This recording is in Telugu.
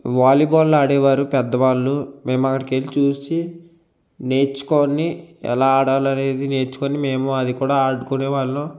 వాలీబాల్ ఆడేవారు పెద్దవాళ్ళు మేము అక్కడికి వెళ్ళి చూసి నేర్చుకొని ఎలా ఆడాలి అనేది నేర్చుకొని మేము అది కూడా ఆడుకునేవాళ్ళం